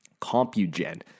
Compugen